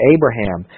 Abraham